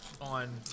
on